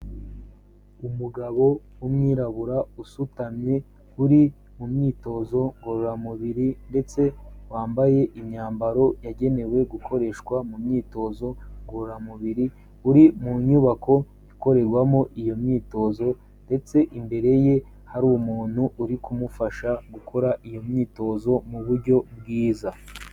Umugabo w'umwirabura usutamye uri mu myitozo ngororamubiri ndetse wambaye imyambaro yagenewe gukoreshwa mu myitozo ngororamubiri, uri mu nyubako ikorerwamo iyo myitozo, ndetse imbere ye hari umuntu uri kumufasha gukora iyo myitozo mu buryo bwiza.